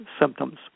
symptoms